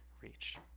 reach